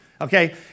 okay